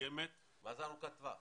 שמתקיימת --- מה זה ארוכת טווח?